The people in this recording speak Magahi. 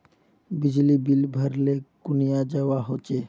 बिजली बिल भरले कुनियाँ जवा होचे?